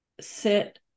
sit